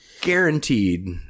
guaranteed